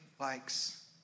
likes